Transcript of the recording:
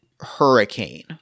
hurricane